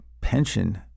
pension